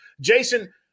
jason